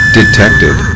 detected